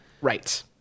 right